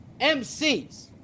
mcs